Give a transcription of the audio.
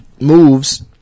moves